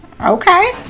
Okay